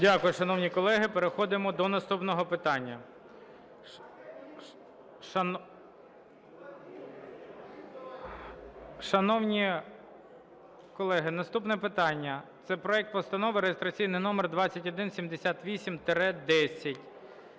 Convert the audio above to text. Дякую, шановні колеги. Переходимо до наступного питання. Шановні колеги, наступне питання – це проект Постанови реєстраційний номер 2178-10-П.